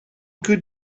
could